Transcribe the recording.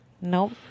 Nope